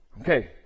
Okay